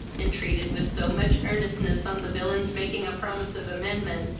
entreated, with so much earnestness, on the villain's making a promise of amendment,